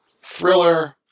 thriller